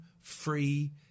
free